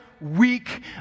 weak